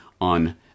on